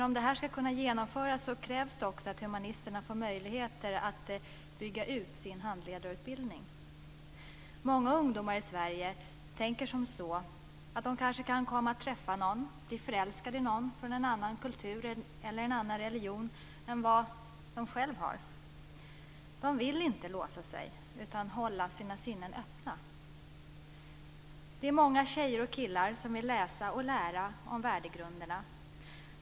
Om det ska kunna genomföras krävs det att humanisterna får möjligheter att bygga ut sin handledarutbildning. Många ungdomar i Sverige tänker att de kan komma att träffa någon, bli förälskad i någon, från en annan kultur eller religion än vad de själva har. De vill inte låsa sig utan hålla sina sinnen öppna. Det är många tjejer och killar som vill läsa och lära om värdegrunderna.